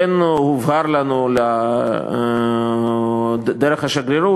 כמו כן הובהר לנו דרך השגרירות,